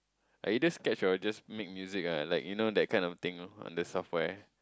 I either sketch or just make music ah like you know that kind of thing on the software